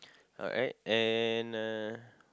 alright and uh